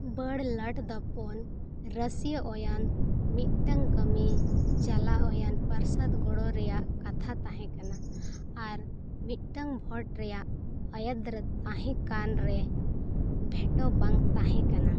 ᱵᱚᱲᱚ ᱞᱟᱴ ᱫᱚ ᱯᱳᱱ ᱨᱟᱹᱥᱤᱭᱟᱹᱣᱟᱱ ᱢᱤᱫᱴᱟᱝ ᱠᱟᱹᱢᱤ ᱪᱟᱞᱟᱣᱟᱱ ᱯᱚᱨᱥᱚᱫᱽ ᱜᱚᱲᱚ ᱨᱮᱱᱟᱜ ᱠᱟᱛᱷᱟ ᱛᱟᱦᱮᱸ ᱠᱟᱱᱟ ᱟᱨ ᱢᱤᱫᱴᱟᱝ ᱵᱷᱳᱴ ᱨᱮᱱᱟᱜ ᱟᱹᱭᱫᱟᱹᱨ ᱛᱟᱦᱮᱸ ᱠᱟᱱ ᱨᱮᱦᱚᱸ ᱵᱷᱮᱴᱳ ᱵᱟᱝ ᱛᱟᱦᱮᱸ ᱠᱟᱱᱟ